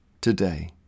today